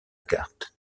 carte